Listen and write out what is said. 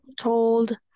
told